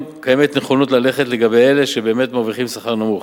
קיימת נכונות ללכת לגבי אלה שבאמת מרוויחים שכר נמוך.